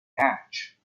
hatch